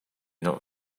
not